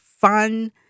fun